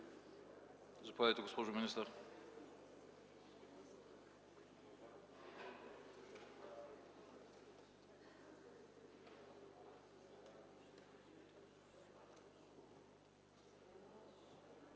Заповядайте, госпожо министър.